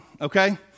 Okay